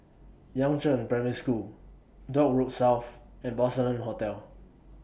Yangzheng Primary School Dock Road South and Porcelain Hotel